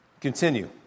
Continue